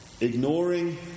Ignoring